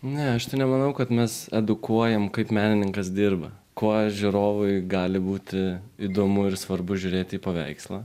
ne aš tai nemanau kad mes edukuojam kaip menininkas dirba kuo žiūrovui gali būti įdomu ir svarbu žiūrėti į paveikslą